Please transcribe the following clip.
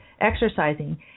exercising